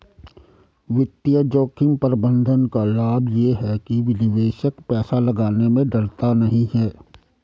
वित्तीय जोखिम प्रबंधन का लाभ ये है कि निवेशक पैसा लगाने में डरता नहीं है